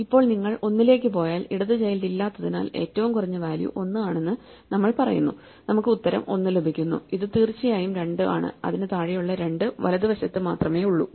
ഇപ്പോൾ നിങ്ങൾ ഒന്നിലേക്ക് പോയാൽ ഇടത് ചൈൽഡ് ഇല്ലാത്തതിനാൽ ഏറ്റവും കുറഞ്ഞ വാല്യൂ 1 ആണെന്ന് നമ്മൾ പറയുന്നു നമുക്ക് ഉത്തരം 1 ലഭിക്കുന്നു ഇത് തീർച്ചയായും 2 ആണ് അതിന് താഴെയുള്ള 2 വലതുവശത്ത് മാത്രമേയുള്ളൂ